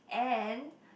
and